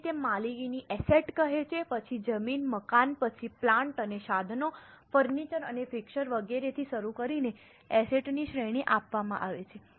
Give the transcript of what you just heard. તેથી તે માલિકીની એસેટ કહે છે પછી જમીન મકાન પછી પ્લાન્ટ અને સાધનો ફર્નિચર અને ફિક્સર વગેરેથી શરૂ કરીને એસેટ ની શ્રેણી આપવામાં આવે છે